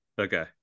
Okay